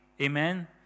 Amen